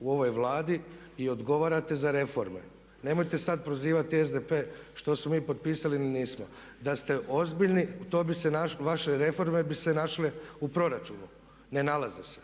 u ovoj Vladi i odgovarate za reforme. Nemojte sad prozivati SDP što smo mi potpisali ili nismo. Da ste ozbiljni vaše reforme bi se našle u proračunu, ne nalaze se.